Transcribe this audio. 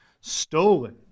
stolen